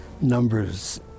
numbers